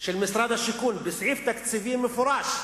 של משרד השיכון, בסעיף תקציבי מפורש,